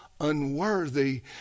unworthy